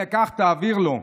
הינה, קח, תעביר לו,